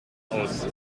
aus